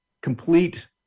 complete